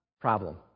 Problem